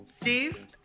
Steve